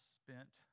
spent